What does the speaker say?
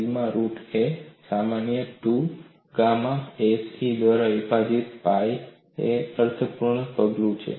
sigma root એ સમાન 2 gamma s e દ્વારા વિભાજીત પાઇ એક અર્થપૂર્ણ પગલું છે